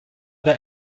der